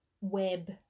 web